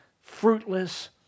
fruitless